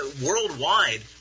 worldwide